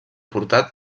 portat